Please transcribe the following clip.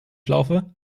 schlaufe